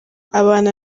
abana